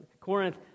Corinth